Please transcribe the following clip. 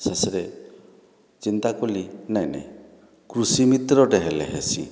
ଶେଷରେ ଚିନ୍ତା କଲି ନାଇ ନାଇ କୃଷି ମିତ୍ରଟେ ହେଲେ ହେସିଁ